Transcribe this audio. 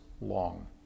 long